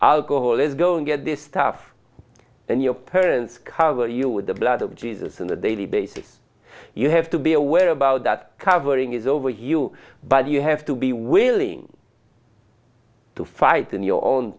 alcohol is don't get this stuff and your parents cover you with the blood of jesus in a daily basis you have to be aware about that covering is over you but you have to be willing to fight in your own